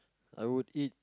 I would eat